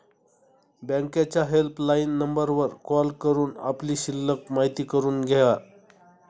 बँकेच्या हेल्पलाईन नंबरवर कॉल करून आपली शिल्लक माहिती करून घ्या